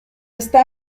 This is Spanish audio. está